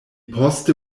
poste